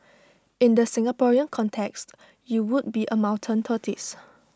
in the Singaporean context you would be A mountain tortoise